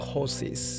Horses